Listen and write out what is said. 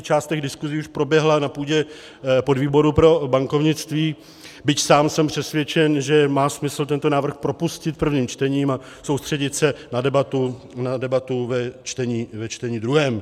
Část těch diskuzí už proběhla na půdě podvýboru pro bankovnictví, byť sám jsem přesvědčen, že má smysl tento návrh propustit prvním čtením a soustředit se na debatu ve čtení druhém.